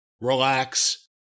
relax